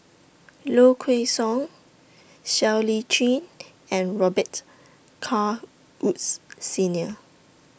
Low Kway Song Siow Lee Chin and Robet Carr Woods Senior